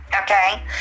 Okay